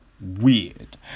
weird